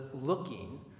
looking